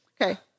Okay